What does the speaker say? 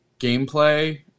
gameplay